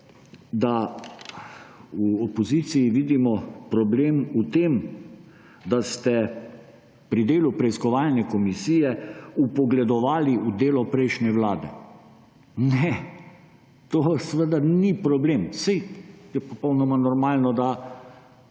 da v opoziciji vidimo problem v tem, da ste pri delu preiskovalne komisije vpogledovali v delo prejšnje vlade. Ne, to seveda ni problem. Saj je popolnoma normalno, da